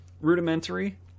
rudimentary